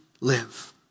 live